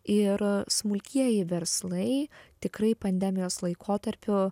ir smulkieji verslai tikrai pandemijos laikotarpiu